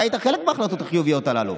אתה היית חלק מההחלטות החיוביות האלה.